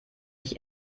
sich